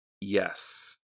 Yes